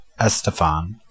Estefan